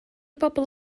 pobl